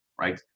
right